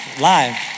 live